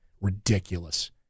ridiculous